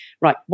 right